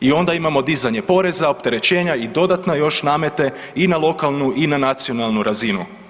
I onda imamo dizanje poreza, opterećenja i dodatno još namete i na lokalnu i na nacionalnu razinu.